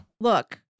Look